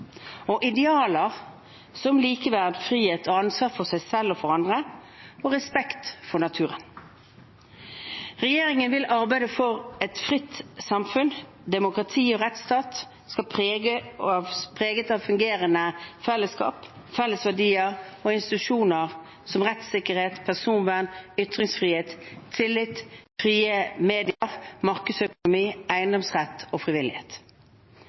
og om idealer som likeverd, frihet, ansvar for seg selv og for hverandre og respekt for naturen. Regjeringen vil arbeide for et fritt samfunn, demokrati og rettsstat preget av fungerende fellesskap og felles verdier og institusjoner som rettssikkerhet, personvern, ytringsfrihet, tillit, frie medier, markedsøkonomi, eiendomsrett og frivillighet.